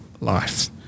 life